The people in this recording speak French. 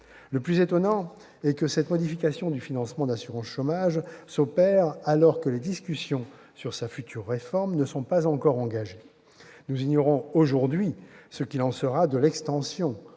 Le plus étonnant est que cette modification du financement de l'assurance chômage s'opère alors que les discussions sur sa future réforme ne sont pas encore engagées. Nous ignorons aujourd'hui ce qu'il en sera de l'extension